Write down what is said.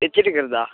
தெச்சிட்டிருக்கறதா